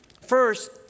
first